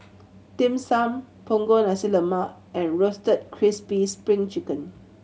Dim Sum Punggol Nasi Lemak and Roasted Crispy Spring Chicken